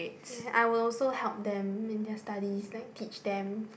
I will also help them in their studies like teach them